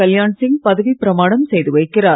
கல்யாண்சிங் பதவிபிரமாணம் செய்து வைக்கிறார்